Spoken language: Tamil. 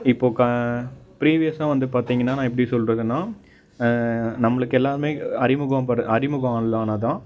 இப்போ ப்ரிவியஸாக வந்து பார்த்தீங்கன்னா நான் எப்படி சொல்லுறதுன்னா நம்மளுக்கு எல்லாமே அறிமுகம் படுற அறிமுகம் உள்ளனதும்